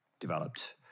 developed